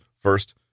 First